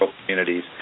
communities